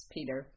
Peter